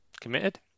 committed